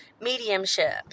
mediumship